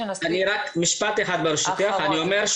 יש